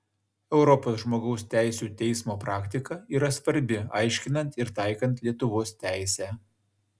europos žmogaus teisių teismo praktika yra svarbi aiškinant ir taikant lietuvos teisę